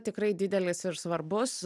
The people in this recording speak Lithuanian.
tikrai didelis ir svarbus